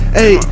hey